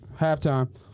halftime